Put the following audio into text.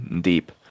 deep